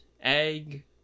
egg